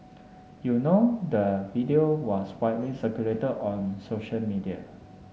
you know the video was widely circulated on social media